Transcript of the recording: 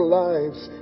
lives